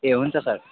ए हुन्छ सर